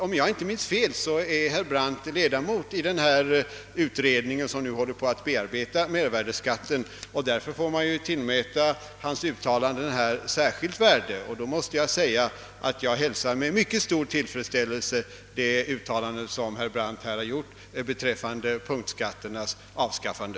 Om jag inte minns fel är herr Brandt ledamot i den utredning som nu håller på att bearbeta mervärdeskatten, och därför bör hans uttalanden tillmätas särskilt värde. Jag hälsar sålunda med mycket stor tillfredsställelse det uttalande herr Brandt här gjorde beträffande punktskatternas avskaffande.